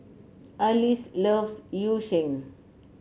Arlis loves Yu Sheng